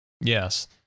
Yes